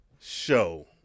show